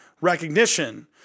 recognition